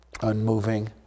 unmoving